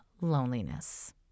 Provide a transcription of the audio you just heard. loneliness